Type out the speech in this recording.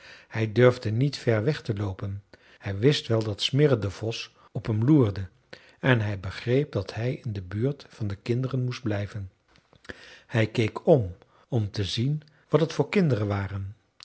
hij durfde niet ver weg te loopen hij wist wel dat smirre de vos op hem loerde en hij begreep dat hij in de buurt van de kinderen moest blijven hij keek om om te zien wat het voor kinderen waren